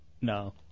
No